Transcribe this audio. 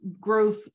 growth